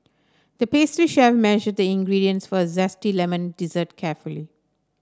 the pastry chef measured the ingredients for a zesty lemon dessert carefully